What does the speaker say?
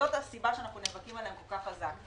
וזאת הסיבה שאנחנו נאבקים עליהם כל כך חזק.